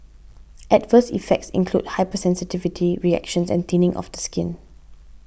adverse effects include hypersensitivity reactions and thinning of the skin